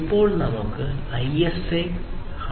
ഇപ്പോൾ നമുക്ക് ISA 100